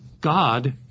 God